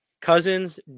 Cousins